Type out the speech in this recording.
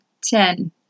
ten